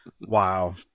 wow